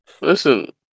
Listen